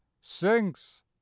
sinks